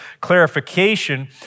clarification